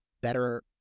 better